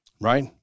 right